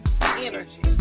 energy